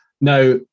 Now